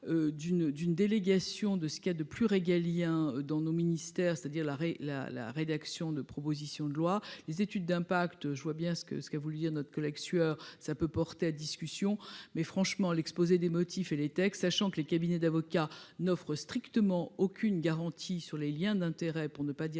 d'une délégation de ce qu'il y a de plus régalien dans nos ministères, c'est-à-dire l'arrêt la la rédaction de propositions de loi, les études d'impact, je vois bien ce que ce qu'a voulu dire notre collègue sueur, ça peut porter à discussion, mais franchement l'exposé des motifs et les textes, sachant que les cabinets d'avocats, n'offre strictement aucune garantie sur les Liens d'intérêt pour ne pas dire